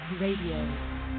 Radio